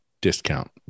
discount